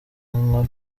inkoro